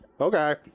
Okay